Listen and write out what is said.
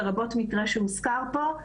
לרבות מקרה שהוזכר פה.